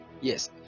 Yes